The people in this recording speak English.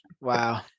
Wow